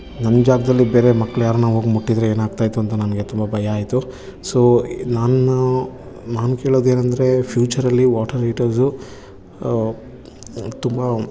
ನನ್ನ ಜಾಗದಲ್ಲಿ ಬೇರೆ ಮಕ್ಳು ಯಾರಾನ ಹೋಗ್ ಮುಟ್ಟಿದ್ದರೆ ಏನಾಗ್ತಾಯಿತ್ತು ಅಂತ ನನಗೆ ತುಂಬ ಭಯ ಆಯಿತು ಸೊ ನಾನು ನಾನು ಹೇಳೋದೇನಂದರೆ ಫ್ಯೂಚರಲ್ಲಿ ವಾಟರ್ ಹೀಟರ್ಸು ತುಂಬ